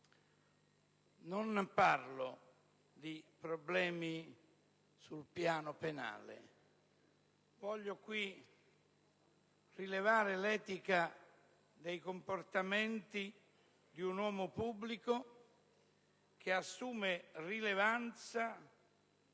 Non parlo di problemi sul piano penale. Voglio qui rilevare l'etica dei comportamenti di un uomo pubblico, che assume rilevanza